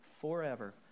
forever